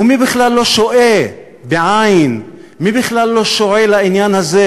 ומי בכלל לא שועה, מי בכלל לא שועה לעניין הזה?